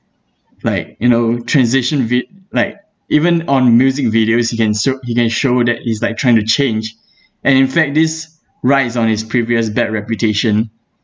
like you know transition vid~ like even on music videos he can ser~ he can show that he's like trying to change and in fact this rides on his previous bad reputation